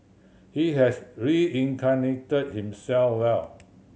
he has reincarnated himself well